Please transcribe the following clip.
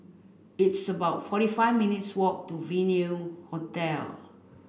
it's about forty five minutes' walk to Venue Hotel